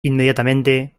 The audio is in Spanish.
inmediatamente